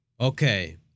Okay